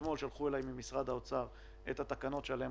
אתמול שלחו אליי ממשרד האוצר את התקנות שעליהן